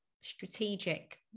strategic